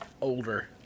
older